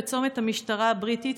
בצומת המשטרה הבריטית,